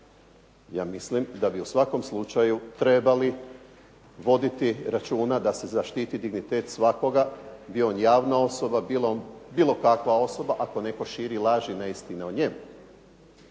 Ja mislim da bi u svakom slučaju trebali voditi računa da se zaštiti dignitet svakoga, bio on javna osoba, bilo kakva osoba, ako netko širi laži i neistine o njemu,